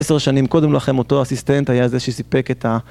עשר שנים קודם לכם אותו אסיסטנט היה זה שסיפק את ה...